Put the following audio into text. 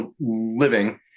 living